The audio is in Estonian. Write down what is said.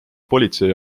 politsei